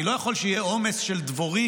אני לא יכול שיהיה עומס של דבורים,